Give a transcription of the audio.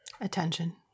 Attention